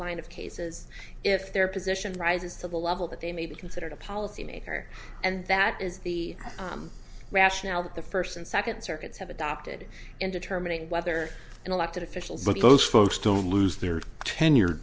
line of cases if their position rises to the level that they may be considered a policymaker and that is the rationale that the first and second circuits have adopted in determining whether an elected official but those folks don't lose their tenured